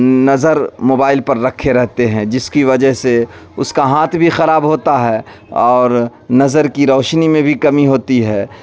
نظر موبائل پر رکھے رہتے ہیں جس کی وجہ سے اس کا ہاتھ بھی خراب ہوتا ہے اور نظر کی روشنی میں بھی کمی ہوتی ہے